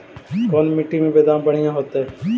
कोन मट्टी में बेदाम बढ़िया होतै?